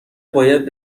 باید